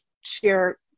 share